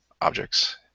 objects